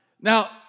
Now